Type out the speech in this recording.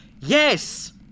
Yes